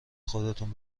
خودتون